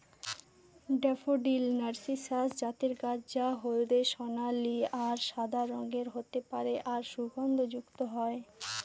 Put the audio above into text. daffodil narcissus জাতের গাছ যা হলদে সোনালী আর সাদা রঙের হতে পারে আর সুগন্ধযুক্ত হয়